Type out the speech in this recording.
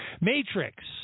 Matrix